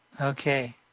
Okay